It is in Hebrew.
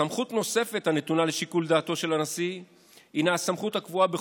סמכות נוספת הנתונה לשיקול דעתו של הנשיא הינה הסמכות הקבועה בחוק-יסוד: